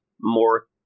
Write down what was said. more